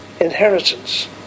inheritance